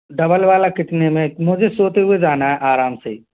double वाला कितने में मुझे सोते हुए जाना है आराम से ही